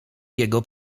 jego